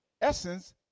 essence